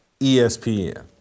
ESPN